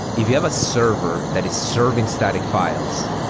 if you have a server that is serving static files,